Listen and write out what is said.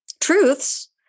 truths